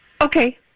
Okay